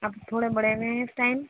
اب تھوڑے بڑھے ہوئے ہیں اس ٹائم